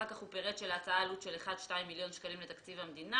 אחר כך הוא פירט שלהצעה עלות של 1-2 מיליון שקלים לתקציב המדינה.